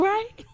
Right